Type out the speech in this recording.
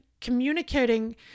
communicating